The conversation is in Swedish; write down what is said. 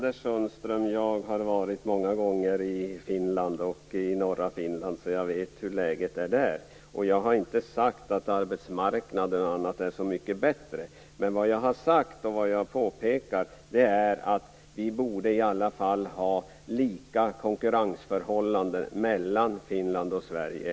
Fru talman! Jag har varit många gånger i norra Finland, så jag vet hur läget är där. Jag har inte sagt att arbetsmarknaden där är så mycket bättre, men jag har påpekat att vi i alla fall borde ha lika konkurrensförhållanden i Finland och Sverige.